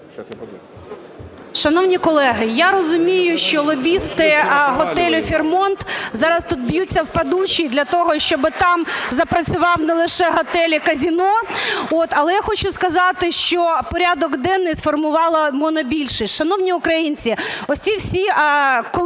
Шановні колеги, я розумію, що лобісти готелю Fairmont зараз тут б'ють в подушшя для того, щоб там запрацював не лише готель, а казино. Але я хочу сказати, що порядок денний сформувала монобільшість.